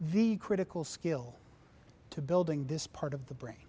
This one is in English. the critical skill to building this part of the brain